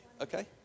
Okay